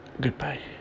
Goodbye